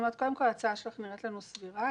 קודם כל, ההצעה שלך נראית לנו סבירה.